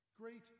Great